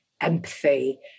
empathy